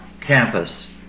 campus